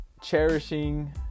cherishing